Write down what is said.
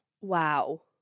Wow